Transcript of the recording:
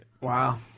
Wow